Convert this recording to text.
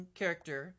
character